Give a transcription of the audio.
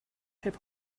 hip